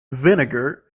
vinegar